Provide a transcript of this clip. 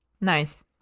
Nice